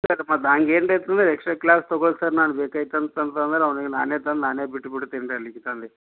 sir ಮತ್ತು ಹಂಗ್ ಏನಾರ ಆಯ್ತಂದರೆ ಎಕ್ಸ್ಟ್ರಾ ಕ್ಲಾಸ್ ತಗೋಳ್ ಸರ್ ನಾನು ಬೇಕಾಗಿತ್ ಅಂತ ಅಂತಂದ್ರೆ ಅವ್ನ್ಗೆ ನಾನೇ ತಂದು ನಾನೇ ಬಿಟ್ಟುಬಿಡ್ತಿನ್ರೀ ಅಲ್ಲಿಗೆ ತಂದು